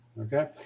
Okay